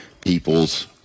people's